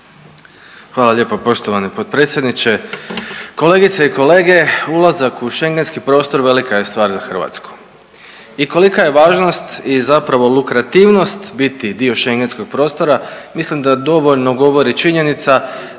Hvala lijepo poštovani potpredsjedniče, kolegice i kolege. Ulazak u Schengenski prostor velika je stvar za Hrvatsku. I kolika je važnost i zapravo lukrativnost biti dio Schengenskog prostora. Mislim da dovoljno govori činjenica